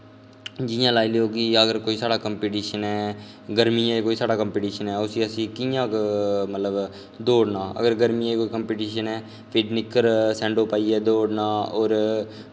जि'यां लाई लैओ कि साढ़ा कंपिटिशन ऐ गर्मियें च साढ़ा कोई कंपिटिशन ऐ उस्सी असें कि'यां मतलब दौड़ना अगर गर्मियें च कोई कंपिटिशन ऐ ते निक्कर सैंडो पाइयै दौड़ना